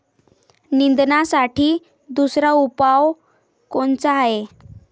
निंदनासाठी दुसरा उपाव कोनचा हाये?